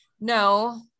No